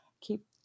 keep